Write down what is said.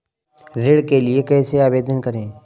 ऋण के लिए कैसे आवेदन करें?